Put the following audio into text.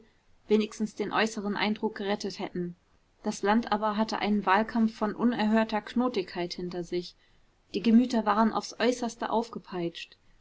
wenigstens den äußeren eindruck gerettet hätten das land aber hatte einen wahlkampf von unerhörter knotigkeit hinter sich die gemüter waren aufs äußerste aufgepeitscht